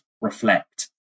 reflect